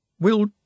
We'll